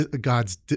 God's